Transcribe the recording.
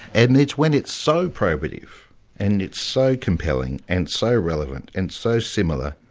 and it's when it's so probative and it's so compelling and so relevant and so similar,